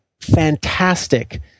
fantastic